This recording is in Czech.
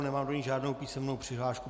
Nemám do ní žádnou písemnou přihlášku.